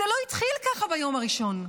זה לא התחיל ככה ביום הראשון.